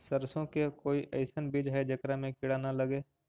सरसों के कोई एइसन बिज है जेकरा में किड़ा न लगे?